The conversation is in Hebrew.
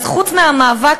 אז חוץ מהמאבק,